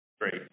Great